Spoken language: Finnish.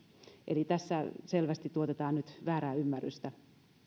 eli tässä selvästi tuotetaan nyt väärää ymmärrystä